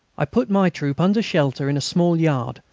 i put my troop under shelter in a small yard,